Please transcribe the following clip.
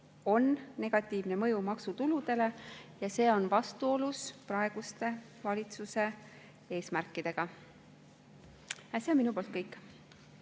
on negatiivne mõju maksutuludele ja see on vastuolus valitsuse praeguste eesmärkidega. See on minu poolt kõik.